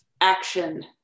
action